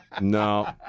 no